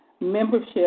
membership